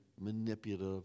manipulative